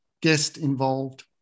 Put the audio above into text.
guest-involved